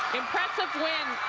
impressive win